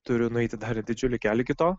turiu nueiti dar ir didžiulį kelią iki kito